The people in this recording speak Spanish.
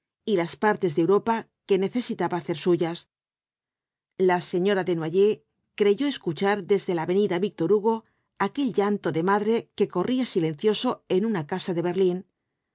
y las partes de europa que necesitaba hacer suyas la señora desnoyers creyó escuchar desde la avenida víctor hugo aquel llanto de madre que corría silencioso en una casa de berlín